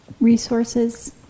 resources